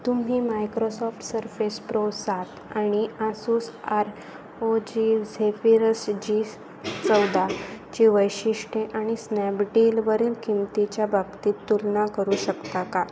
तुम्ही Microsoft Surface Pro सात आणि Asus R O G Zephyrus G चौदाची वैशिष्ट्ये आणि स्नॅबडीलवरील किंमतीच्या बाबतीत तुलना करू शकता का